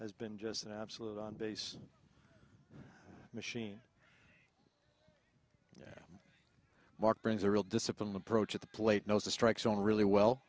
has been just an absolute on base machine mark brings a real discipline approach at the plate knows the strike zone really well